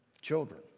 children